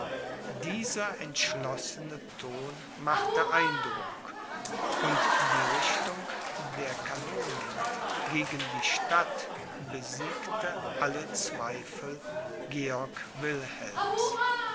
dieser entschlossene ton machte eindruck und die richtung der kanonen gegen die stadt besiegte alle zweifel georg